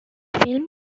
film